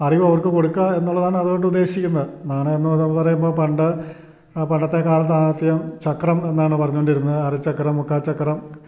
അറിവ് അവർക്ക് കൊടുക്കാൻ എന്നുള്ളതാണ് അതുകൊണ്ട് ഉദ്ദേശിക്കുന്നത് നാണയം എന്ന് അതെന്ന് പറയുമ്പോൾ പണ്ട് പണ്ടത്തെക്കാലത്ത് ആദ്യം ചക്രം എന്നാണ് പറഞ്ഞോണ്ടിരുന്നത് അരച്ചക്രം മുക്കാൽ ചക്രം